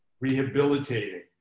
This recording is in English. rehabilitating